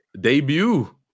debut